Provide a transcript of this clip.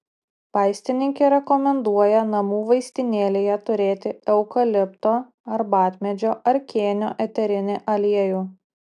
vaistininkė rekomenduoja namų vaistinėlėje turėti eukalipto arbatmedžio ar kėnio eterinį aliejų